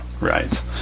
Right